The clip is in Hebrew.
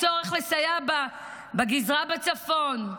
הצורך לסייע בגזרה בצפון,